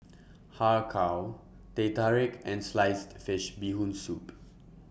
Har Kow Teh Tarik and Sliced Fish Bee Hoon Soup